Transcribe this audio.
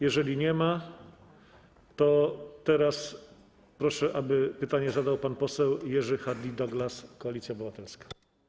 Jeżeli nie ma, to proszę, aby pytanie zadał pan poseł Jerzy Hardie-Douglas, Koalicja Obywatelska.